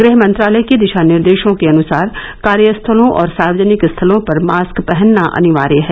गृह मंत्रालय के दिशा निर्देशों के अनुसार कार्यस्थलों और सार्वजनिक स्थलों पर मास्क पहनना अनिवार्य है